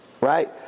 right